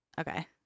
okay